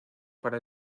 para